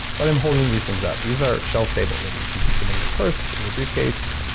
but i'm holding these things up. these are shelf-stable, meaning you can keep them in your purse, in your briefcase,